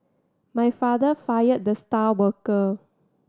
my father fired the star worker